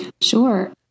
Sure